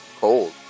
cold